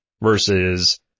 versus